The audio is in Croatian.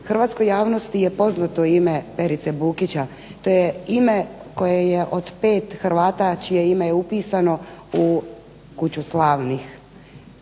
Hrvatskoj javnosti je poznato ime Perice Bukića, to je ime koje je od 5 Hrvata čije ime je upisano u Kuću slavnih.